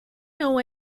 know